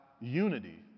unity